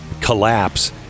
collapse